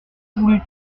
voulu